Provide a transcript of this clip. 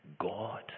god